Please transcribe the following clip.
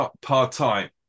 part-time